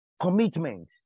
commitment